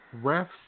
refs